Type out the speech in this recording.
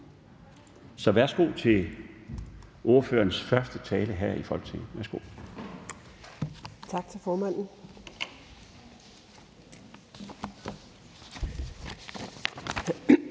så værsgo for ordførerens første tale her i Folketinget. Kl.